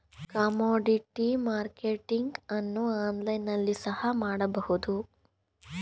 commodity marketing ಅನ್ನು online ನಲ್ಲಿ ಸಹ ಮಾಡಬಹುದು